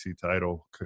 title